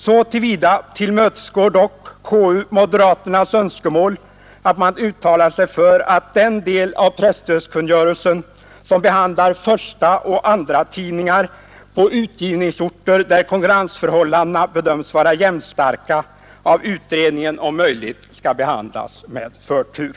Så till vida tillmötesgår dock konstitutionsutskottet moderaternas önskemål att utskottet uttalar sig för att den del av presstödskungörelsen som behandlar förstaoch andratidningar på utgivningsorter, där konkurrensförhållandena bedöms vara jämförbara, av utredningen om möjligt skall behandlas med Nr 85 förtur.